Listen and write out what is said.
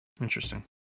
Interesting